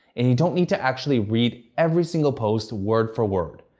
and you don't need to actually read every single post word for word.